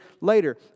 later